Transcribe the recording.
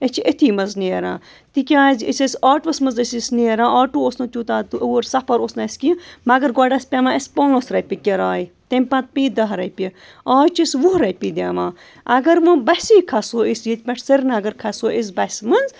أسۍ چھِ أتھی منٛز نیران تِکیٛازِ أسۍ ٲسۍ آٹُوَس منٛز ٲسۍ أسۍ نیران آٹوٗ اوس نہٕ تیوٗتاہ اور سفر اوس نہٕ اَسہِ کیٚنٛہہ مگر گۄڈٕ ٲس پیوان اَسہِ پانٛژھ رۄپیہِ کِراے تمہِ پَتہٕ پیٚیہِ دَہ رۄپیہِ آز چھِ أسۍ وُہ رۄپیہِ دِوان اَگر وۄنۍ بَسی کھَسو أسۍ ییٚتہِ پٮ۪ٹھ سرینگر کھَسو أسۍ بَسہِ منٛز